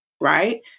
right